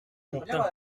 contint